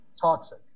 toxic